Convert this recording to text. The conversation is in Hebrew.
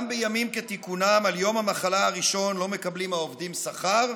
גם בימים כתיקונם על יום המחלה הראשון לא מקבלים העובדים שכר,